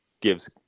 gives